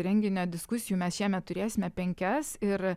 renginio diskusijų mes šiemet turėsime penkias ir